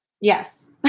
Yes